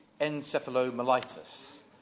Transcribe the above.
encephalomyelitis